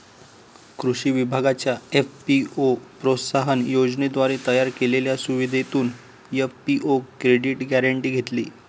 कृषी विभागाच्या एफ.पी.ओ प्रोत्साहन योजनेद्वारे तयार केलेल्या सुविधेतून एफ.पी.ओ क्रेडिट गॅरेंटी घेतली